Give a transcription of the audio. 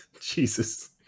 Jesus